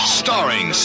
starring